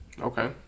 Okay